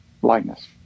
blindness